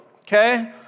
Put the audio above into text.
okay